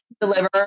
deliver